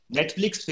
Netflix